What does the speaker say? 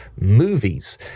movies